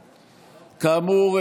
כאמור,